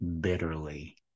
bitterly